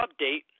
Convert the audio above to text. update